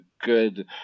good